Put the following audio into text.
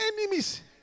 enemies